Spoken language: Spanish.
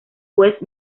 west